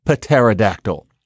pterodactyl